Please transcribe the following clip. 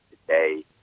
today